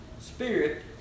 spirit